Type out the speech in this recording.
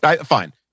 Fine